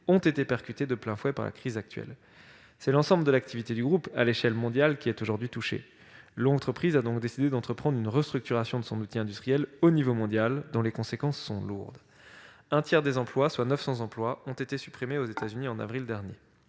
d'être percutés de plein fouet par la crise. L'ensemble de l'activité du groupe, à l'échelle mondiale, est désormais touché. L'entreprise a donc décidé d'entreprendre une restructuration de son outil industriel, au niveau mondial, dont les conséquences sont lourdes. Un tiers des emplois, soit 900 d'entre eux, ont été supprimés aux États-Unis, en avril dernier.